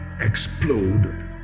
explode